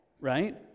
right